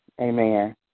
Amen